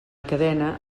cadena